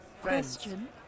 Question